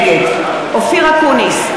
נגד אופיר אקוניס,